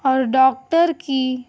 اور ڈاکٹر کی